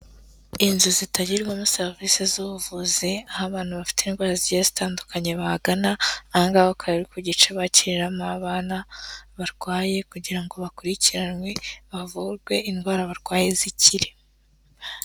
Inzu zitangirwamo serivisi z'ubuvuzi, aho abantu bafite indwara zigiye zitandukanye babagana, aha ngaha hakaba ari ku gice bakiriramo abana barwaye kugira ngo bakurikiranwe, bavurwe indwara barwaye zikire.